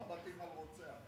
עשרה בתים על רוצח.